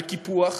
על קיפוח,